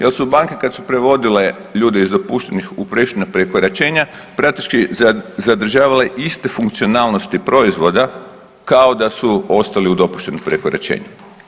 Jer su banke, kad su prevodile ljude iz dopuštenih u prešutna prekoračenja, praktički zadržavale iste funkcionalnosti proizvoda kao da su ostali u dopuštenom prekoračenju.